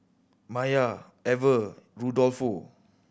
Maiya Ever Rudolfo